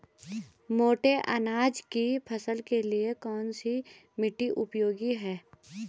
मोटे अनाज की फसल के लिए कौन सी मिट्टी उपयोगी है?